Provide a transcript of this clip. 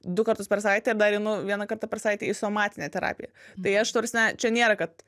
du kartus per savaitę ir dar einu vieną kartą per savaitę į somatinę terapiją tai aš ta prasme čia nėra kad